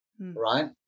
right